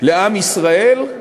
לעם ישראל,